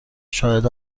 شاهد